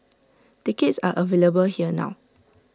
tickets are available here now